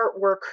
artwork